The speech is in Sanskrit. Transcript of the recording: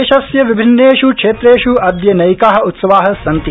देशस्य विभिन्नेष् क्षेत्रेष् अद्य नैका उत्सवा सन्ति